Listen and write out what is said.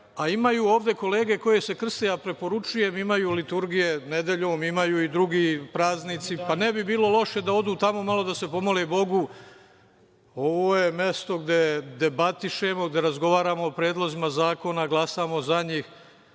ovde kolege koje se krste. Ja preporučujem, imaju liturgije nedeljom, imaju i drugi praznici, pa ne bi bilo loše da odu tamo malo da se pomole Bogu. Ovo je mesto gde debatišemo, gde razgovaramo o predlozima zakona, glasamo za njih,